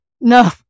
No